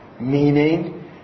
meaning